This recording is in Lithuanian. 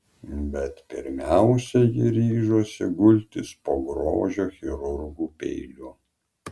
bet pirmiausia ji ryžosi gultis po grožio chirurgų peiliu